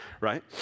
right